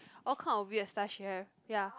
all kind of weird stuff she have ya